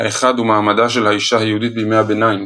האחד הוא מעמדה של האשה היהודיה בימי הביניים.